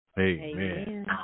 Amen